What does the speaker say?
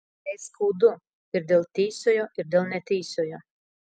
jai skaudu ir dėl teisiojo ir dėl neteisiojo